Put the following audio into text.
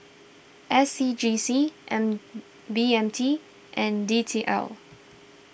S C G C and B M T and D T L